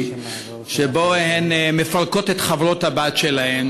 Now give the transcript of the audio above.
שבו הן מפרקות את החברות-הבנות שלהן,